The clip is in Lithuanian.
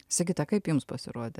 sigita kaip jums pasirodė